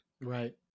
right